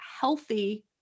healthy